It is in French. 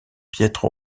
piètre